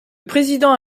président